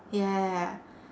ya ya